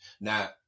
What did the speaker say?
Now